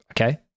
Okay